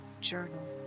Journal